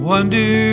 wonder